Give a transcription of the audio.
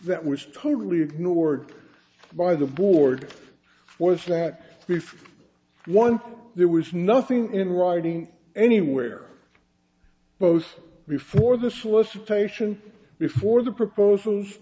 that was totally ignored by the board was that before one there was nothing in writing anywhere both before the solicitation before the proposals